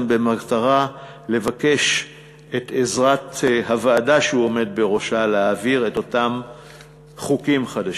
במטרה לבקש את עזרת הוועדה שהוא עומד בראשה להעביר את אותם חוקים חדשים.